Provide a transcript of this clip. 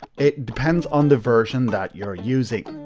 it depends on the version that you're using.